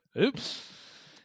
Oops